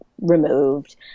removed